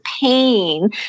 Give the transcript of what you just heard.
pain